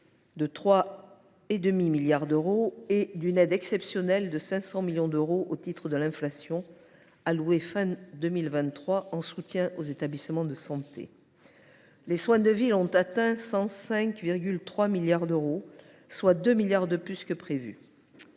de 3,5 milliards d’euros et d’une aide exceptionnelle de 500 millions d’euros au titre de l’inflation, allouée à la fin de 2023 en soutien aux établissements de santé. Les soins de ville ont atteint 105,3 milliards d’euros, soit 2 milliards d’euros de plus que prévu.